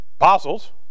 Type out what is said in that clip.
apostles